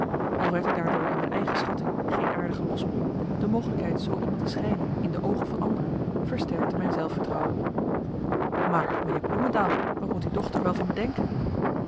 al werd ik daardoor in mijn eigen schatting geen aardige losbol de mogelijkheid zoo iemand te schijnen in de oogen van anderen versterkte mijn zelfvertrouwen maar meneer bloemendael wat moet uw dochter wel van me denken